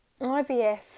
IVF